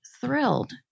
thrilled